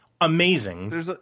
amazing